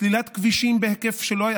סלילת כבישים בהיקף שלא היה.